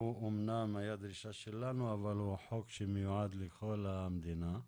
זאת אמנם הייתה דרישה שלנו אבל זה חוק שמיועד לכל המדינה.